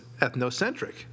ethnocentric